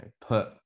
put